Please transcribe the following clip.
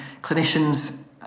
clinicians